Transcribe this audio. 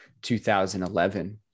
2011